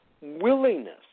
willingness